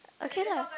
okay lah